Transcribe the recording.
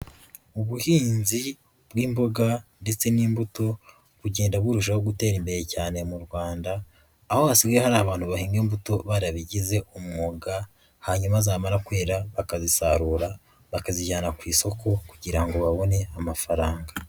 Ubuhinzi bw'imboga ndetse n'imbuto bugenda burushaho gutera imbere cyane mu Rwanda aho hasigaye hari abantu bahinga imbuto barabigize umwuga hanyuma zamara kwera bakazisarura bakazijyana ku isoko kugira ngo babone amafaranga.